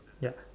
ya